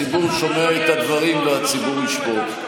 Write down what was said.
הציבור שומע את הדברים והציבור ישפוט.